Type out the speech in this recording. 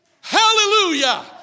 Hallelujah